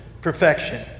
perfection